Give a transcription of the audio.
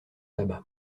tabac